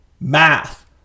math